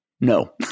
No